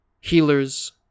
healers